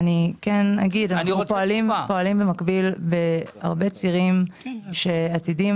אנחנו פועלים במקביל בהרבה צירים שעתידים